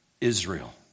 Israel